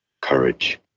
Courage